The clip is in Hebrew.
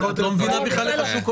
את לא מבינה בכלל איך השוק עובד.